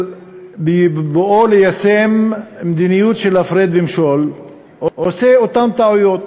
בבואו ליישם מדיניות של הפרד ומשול הוא עושה אותן טעויות,